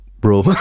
bro